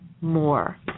more